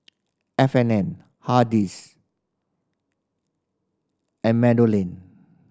F and N Hardy's and MeadowLea